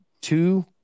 two